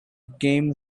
came